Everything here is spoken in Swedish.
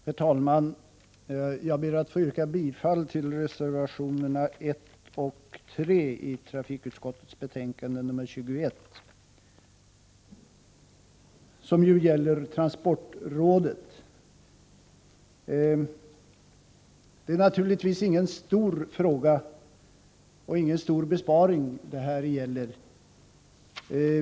Herr talman! Jag ber att få yrka bifall till reservationerna 1 och 3 i trafikutskottets betänkande nr 21, som gäller transportrådet. Det handlar här inte om någon stor fråga, och vårt förslag innebär inte heller någon stor besparing.